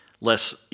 less